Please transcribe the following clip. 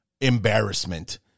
embarrassment